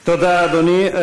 תודה, אדוני.